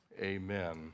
amen